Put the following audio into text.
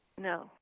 No